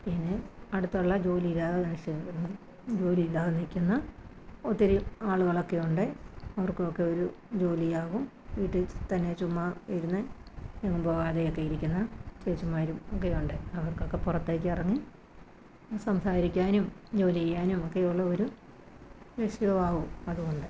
പിന്നെ അടുത്തുള്ള ജോലിയില്ലാത്ത മനുഷ്യര് ജോലിയില്ലാതെ നില്ക്കുന്ന ഒത്തിരി ആളുകളൊക്കെയുണ്ട് അവർക്കൊക്കെയൊരു ജോലിയാകും വീട്ടില്ത്തന്നെ ചുമ്മായിരുന്ന് എങ്ങും പോകാതെയൊക്കെയിരിക്കുന്ന ചേച്ചിമാരും ഒക്കെ ഉണ്ട് അവർക്കൊക്കെ പുറത്തേക്കിറങ്ങി സംസാരിക്കാനും ജോലിചെയ്യാനും ഒക്കെയുള്ള ഒരു വിഷയമാവും അതുകൊണ്ട്